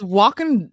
walking